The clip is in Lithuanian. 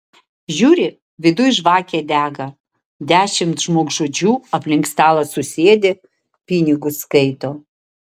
žiūri viduj žvakė dega dešimt žmogžudžių aplink stalą susėdę pinigus skaito